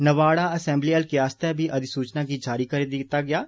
Nawada assembly हल्के आस्तै बी अधिसूचना गी जारी करी दिता गेआ ऐ